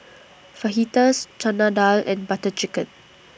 Fajitas Chana Dal and Butter Chicken